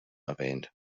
erwähnt